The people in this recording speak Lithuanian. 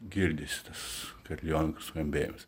girdisi tas kariliono skambėjimas